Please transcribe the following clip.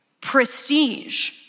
prestige